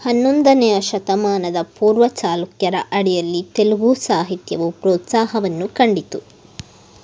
ಹನ್ನೊಂದನೆಯ ಶತಮಾನದ ಪೂರ್ವ ಚಾಲುಕ್ಯರ ಅಡಿಯಲ್ಲಿ ತೆಲುಗು ಸಾಹಿತ್ಯವು ಪ್ರೋತ್ಸಾಹವನ್ನು ಕಂಡಿತು